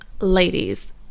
Ladies